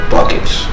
Buckets